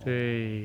orh